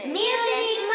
music